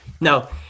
No